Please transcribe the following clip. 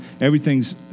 everything's